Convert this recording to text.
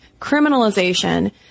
criminalization